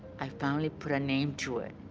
i finally put a name to it,